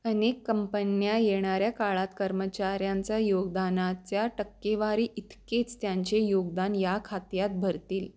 अनेक कंपन्या येणाऱ्या काळात कर्मचाऱ्यांचा योगदानाच्या टक्केवारी इतकेच त्यांचे योगदान या खात्यात भरतील